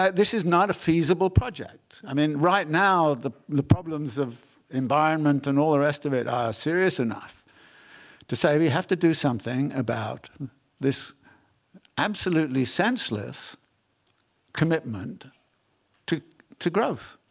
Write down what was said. um this is not a feasible project. i mean right now, the the problems of environment and all the rest of it are serious enough to say we have to do something about this absolutely senseless commitment to to growth.